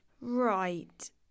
Right